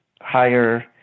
higher